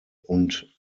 und